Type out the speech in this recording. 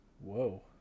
Whoa